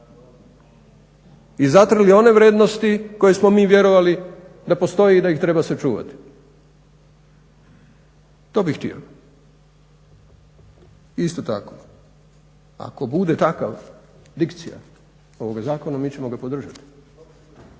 i zatrli one vrijednosti koje smo mi vjerovali da postoje i da ih treba sačuvati. To bih htio. Isto tako, ako bude takva dikcija ovoga zakona mi ćemo ga podržati